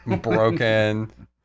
Broken